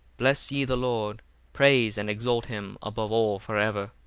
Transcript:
bless ye the lord praise and exalt him above all for ever.